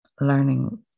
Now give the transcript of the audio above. learning